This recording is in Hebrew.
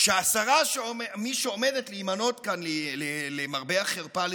כשמי שעומדת להתמנות כאן, למרבה החרפה,